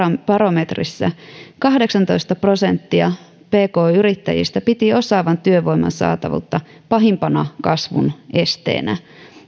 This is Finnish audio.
barometrissä kahdeksantoista prosenttia pk yrittäjistä piti osaavan työvoiman saatavuutta pahimpana kasvun esteenä